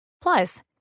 Plus